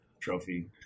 trophy